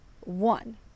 One